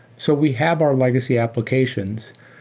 so we have our legacy applications.